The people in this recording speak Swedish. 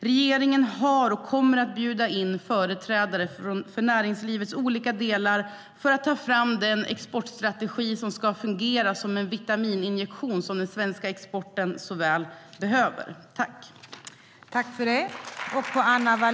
Regeringen har bjudit in och kommer att bjuda in företrädare för näringslivets olika delar för att ta fram den exportstrategi som ska fungera som den vitamininjektion som den svenska exporten så väl behöver.